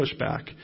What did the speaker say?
pushback